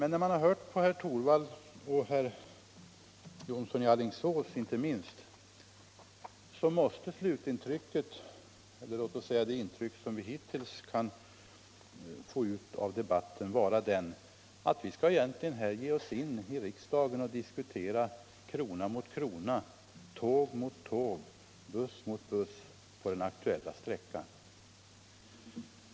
När man hört på herr Torwald, och inte minst på herr Jonsson i Alingsås, måste det intryck man hittills fått ut av debatten vara det att vi här i riksdagen egentligen skall ge oss in och diskutera krona mot krona, tåg mot tåg och buss mot buss på den aktuella sträckan.